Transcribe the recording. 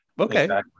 Okay